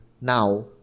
now